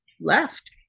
left